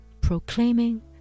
proclaiming